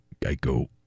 Geico